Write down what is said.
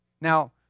now